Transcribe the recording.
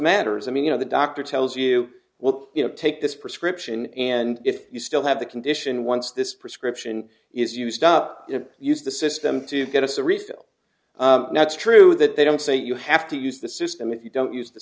matters i mean you know the doctor tells you well you know take this prescription and if you still have the condition once this prescription is used up it used the system to get us a refill that's true that they don't say you have to use the system if you don't use the